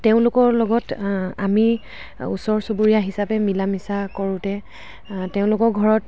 তেওঁলোকৰ লগত আমি ওচৰ চুবুৰীয়া হিচাবে মিলা মিচা কৰোঁতে তেওঁলোকৰ ঘৰত